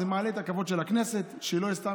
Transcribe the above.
זה מעלה את הכבוד של הכנסת שלא יהיו סתם